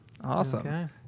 Awesome